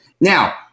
now